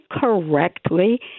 correctly